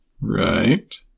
Right